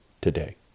today